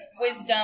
Wisdom